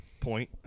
point